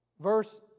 Verse